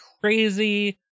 crazy